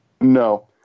No